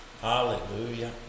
Hallelujah